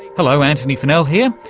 hello, antony funnell here,